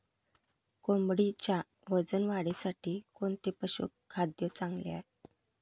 कोंबडीच्या वजन वाढीसाठी कोणते पशुखाद्य चांगले?